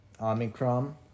Omicron